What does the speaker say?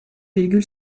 virgül